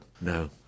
No